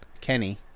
Kenny